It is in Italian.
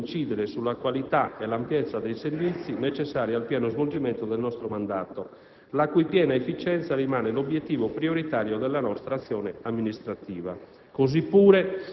senza comunque incidere sulla qualità e l'ampiezza dei servizi necessari al pieno svolgimento del nostro mandato, la cui piena efficienza rimane l'obiettivo prioritario della nostra azione amministrativa.